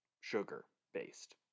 sugar-based